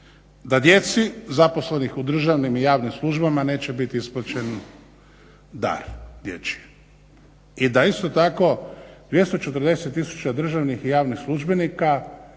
Da djeci zaposlenih u državnim i javnim službama neće biti isplaćen dar dječji i da isto tako 240 tisuća državnih i javnih službenika